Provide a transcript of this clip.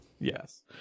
yes